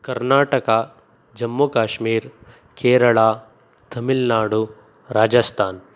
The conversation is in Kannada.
ಕರ್ನಾಟಕ ಜಮ್ಮು ಕಾಶ್ಮೀರ ಕೇರಳ ತಮಿಳ್ನಾಡು ರಾಜಸ್ಥಾನ